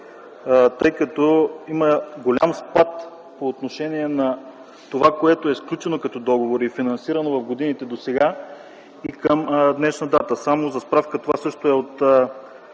тъй като има голям спад по отношение на това, което е сключено като договори и финансирано в годините досега и към днешна дата. Само за справка – това също е от